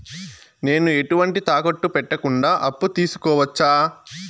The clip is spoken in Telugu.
నేను ఎటువంటి తాకట్టు పెట్టకుండా అప్పు తీసుకోవచ్చా?